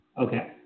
Okay